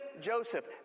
Joseph